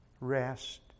rest